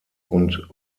und